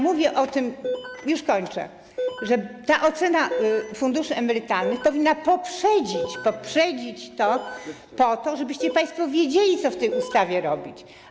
Mówię o tym - już kończę - że ta ocena funduszy emerytalnych powinna to poprzedzić, po to żebyście państwo wiedzieli, co w tej ustawie robić.